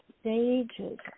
stages